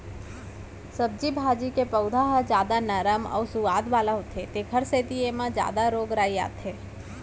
सब्जी भाजी के पउधा ह जादा नरम अउ सुवाद वाला होथे तेखर सेती एमा जादा रोग राई आथे